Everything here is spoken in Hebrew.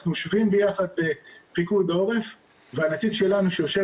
אנחנו יושבים ביחד בפיקוד העורף והנציג שלנו שיושב